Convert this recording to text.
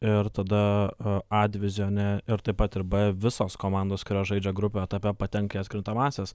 ir tada a divizione ir taip pat ir b visos komandos kurios žaidžia grupių etape patenka į atkrintamąsias